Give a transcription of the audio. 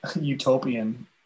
utopian